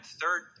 third